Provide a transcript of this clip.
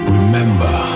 Remember